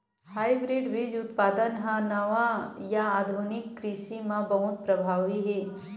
hybrid बीज उत्पादन हा नवा या आधुनिक कृषि मा बहुत प्रभावी हे